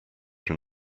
from